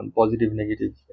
positive-negative